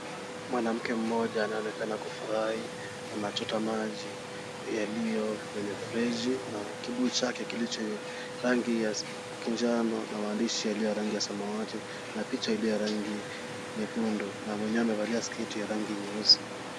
Mwanamke mmoja anaonekana kufurahi anachota maji yaliyo kwenye mfereji na kibuyu chake kilicho rangi ya kinjano na maandishi yalio ya rangi ya samawati na picha iliyo ya rangi nyekundu na mwenyewe amevalia sketi ya rangi nyeusi.